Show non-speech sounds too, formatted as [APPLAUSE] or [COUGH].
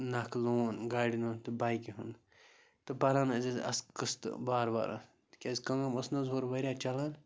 نَکھٕ لون گاڑٮ۪ن ہُنٛد تہٕ بایکہِ ہُنٛد تہٕ بَران ٲسۍ [UNINTELLIGIBLE] قٕسطہٕ وارٕ وارٕ تِکیٛازِ کٲم ٲس نہٕ حظ ہورٕ واریاہ چَلان